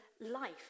life